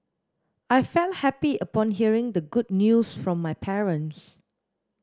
I felt happy upon hearing the good news from my parents